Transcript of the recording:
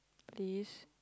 please